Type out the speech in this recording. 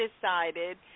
decided